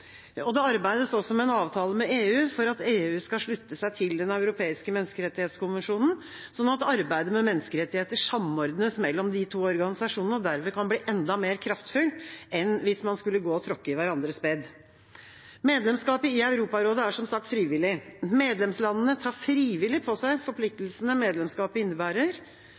Det arbeides også med en avtale med EU for at EU skal slutte seg til Den europeiske menneskerettighetskonvensjonen, sånn at arbeidet med menneskerettigheter samordnes mellom de to organisasjonene og dermed kan bli enda mer kraftfullt enn hvis man skulle gå og tråkke i hverandres bed. Medlemskap i Europarådet er som sagt frivillig. Medlemslandene tar frivillig på seg de forpliktelsene medlemskapet innebærer.